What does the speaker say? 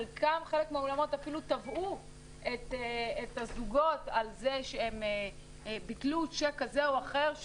חלק מהאולמות אפילו תבעו את הזוגות על כך שהם ביטלו צ'ק כזה או אחר,